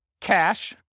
cash